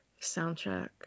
soundtrack